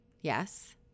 Yes